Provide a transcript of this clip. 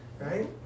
Right